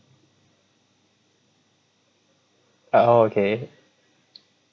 ah okay